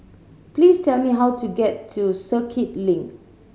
please tell me how to get to Circuit Link